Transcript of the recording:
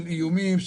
של איומים,